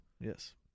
Yes